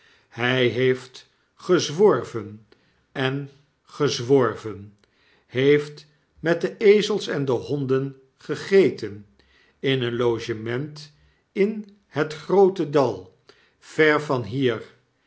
hy heeft gezworven en gezworven heeft met de ezels en de honden gegeten in een logement in het groote dal ver van hier